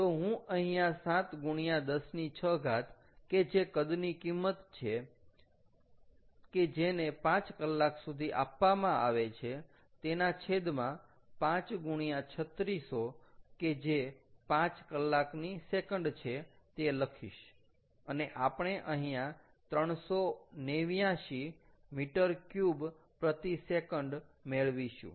તો હું અહીંયા 7 x 106 કે જે કદની કિંમત છે કે જેને પાંચ કલાક સુધી આપવામાં આવે છે તેના છેદમાં 5 x 3600 કે જે 5 કલાકની સેકન્ડ છે તે લખીશ અને આપણે અહીંયા 389 m3s મેળવીશું